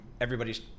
everybody's